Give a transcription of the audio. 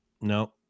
no